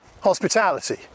hospitality